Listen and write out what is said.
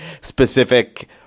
specific